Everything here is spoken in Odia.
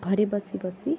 ଘରେ ବସି ବସି